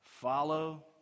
Follow